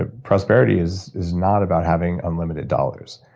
ah prosperity is is not about having unlimited dollars.